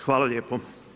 Hvala lijepo.